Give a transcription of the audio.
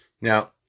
Now